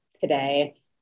today